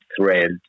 thread